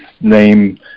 name